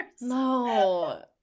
no